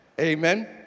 Amen